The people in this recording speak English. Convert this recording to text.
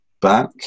back